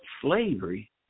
slavery